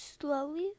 slowly